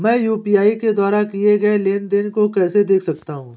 मैं यू.पी.आई के द्वारा किए गए लेनदेन को कैसे देख सकता हूं?